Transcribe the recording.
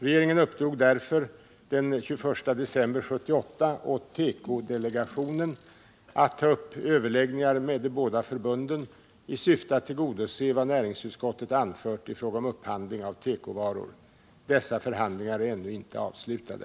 Regeringen uppdrog därför den 21 december 1978 åt tekodelegationen att ta upp överläggningar med de båda förbunden i syfte att tillgodose vad näringsutskottet anfört i fråga om upphandling av tekovaror. Dessa förhandlingar är ännu inte avslutade.